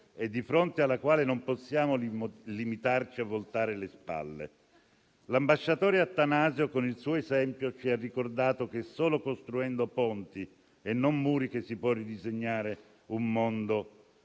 e di fronte alla quale non possiamo limitarci a voltare le spalle. L'ambasciatore Attanasio con il suo esempio ci ha ricordato che solo costruendo ponti e non muri si può ridisegnare un mondo